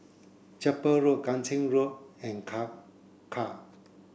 Chapel Road Kang Ching Road and Kangkar